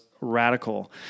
radical